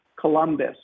Columbus